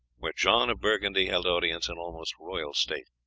where john of burgundy held audience in almost royal state.